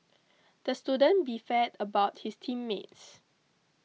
the student beefed about his team meets